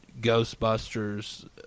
Ghostbusters